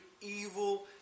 evil